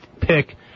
pick